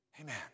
Amen